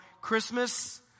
Christmas